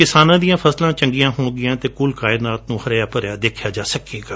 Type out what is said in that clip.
ਕਿਸਾਨਾਂ ਦੀਆਂ ਫਸਲਾਂ ਚੰਗੀਆਂ ਹੋਣਗੀਆਂ ਅਤੇ ਕੁਲ ਕਾਯੇਨਾਤ ਨੂੰ ਹਰਿਆ ਭਰਿਆ ਦੇਖਿਆ ਜਾ ਸਕੇਗਾ